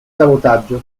sabotaggio